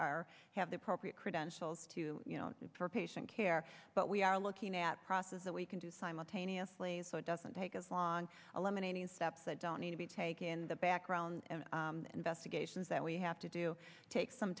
are have the appropriate credentials to you know for patient care but we are looking at process that we can do simultaneously so it doesn't take as long a lemonade steps that don't need to be take in the background investigations that we have to do take some